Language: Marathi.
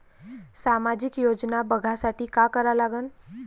सामाजिक योजना बघासाठी का करा लागन?